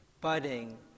Budding